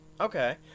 Okay